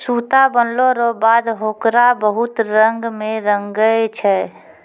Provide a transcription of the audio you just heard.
सूता बनलो रो बाद होकरा बहुत रंग मे रंगै छै